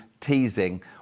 teasing